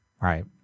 right